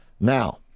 Now